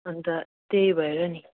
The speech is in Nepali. अन्त त्यही भएर नि